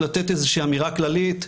לתת איזושהי אמירה כללית,